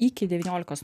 iki devyniolikos